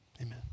Amen